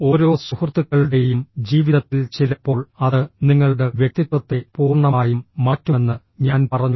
ഓരോ സുഹൃത്തുക്കളുടെയും ജീവിതത്തിൽ ചിലപ്പോൾ അത് നിങ്ങളുടെ വ്യക്തിത്വത്തെ പൂർണ്ണമായും മാറ്റുമെന്ന് ഞാൻ പറഞ്ഞു